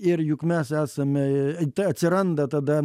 ir juk mes esame tai atsiranda tada